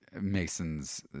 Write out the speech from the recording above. Mason's